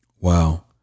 Wow